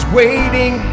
waiting